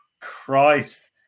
Christ